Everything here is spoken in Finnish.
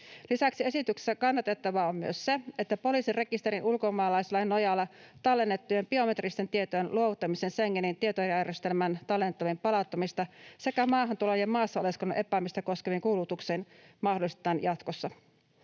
Lisäksi esityksessä kannatettavaa on se, että poliisin rekisteriin ulkomaalaislain nojalla tallennettujen biometristen tietojen luovuttaminen Schengenin tietojärjestelmään tallennettaviin palauttamista sekä maahantuloa ja maassa oleskelun epäämistä koskeviin kuulutuksiin mahdollistetaan jatkossa.